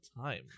Time